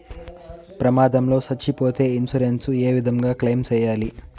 ప్రమాదం లో సచ్చిపోతే ఇన్సూరెన్సు ఏ విధంగా క్లెయిమ్ సేయాలి?